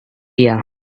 fear